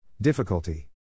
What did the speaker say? Difficulty